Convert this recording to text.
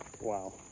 Wow